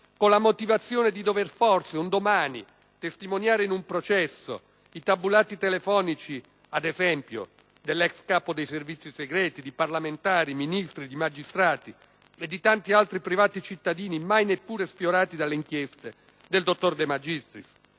con la motivazione di dover forse un domani testimoniare in un processo, i tabulati telefonici, ad esempio, dell'ex capo dei servizi segreti, di parlamentari, di ministri, di magistrati e di tanti altri privati cittadini, mai neppure sfiorati dalle inchieste del dottor De Magistris?